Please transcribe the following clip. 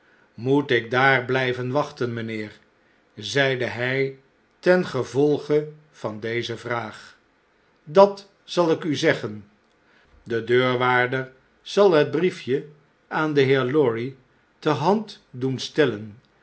moet ik daar bljjven wachten mjjnheer zeide hjj ten gevolge van deze vraag dat zal ik u zeggen de deurwaarder zal het briefje aan den heer lorry ter hand doen stellen